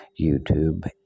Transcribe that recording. YouTube